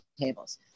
tables